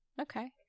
okay